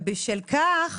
בשל כך